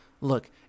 Look